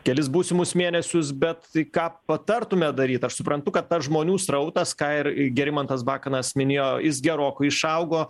kelis būsimus mėnesius bet tai ką patartumėt daryt aš suprantu kad tas žmonių srautas ką ir gerimantas bakanas minėjo jis gerokai išaugo